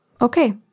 Okay